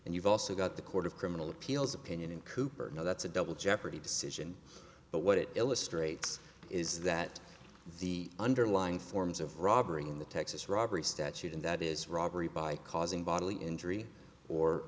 and you've also got the court of criminal appeals opinion in cooper no that's a double jeopardy decision but what it illustrates is that the underlying forms of robbery in the texas robbery statute and that is robbery by causing bodily injury or